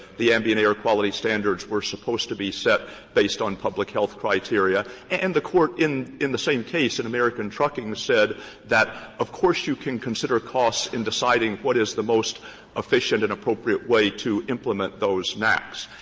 the ambient air quality standards were supposed to be set based on public health criteria. and the court in in the same case, in american trucking, said that, of course, you can consider costs in deciding what is the most efficient and appropriate way to implement those naaqs.